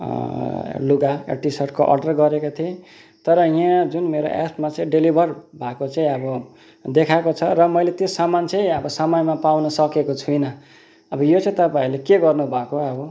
लुगा टिसर्टको अर्डर गरेको थिएँ तर यहाँ जुन मेरो एपमा चाहिँ डेलिभर भएको चाहिँ अब देखाएको छ र मैले त्यो सामान चाहिँ अब समयमा पाउनसकेको छुइनँ अब यो चाहिँ तपाईँहरूले के गर्नुभएको अब